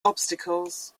obstacles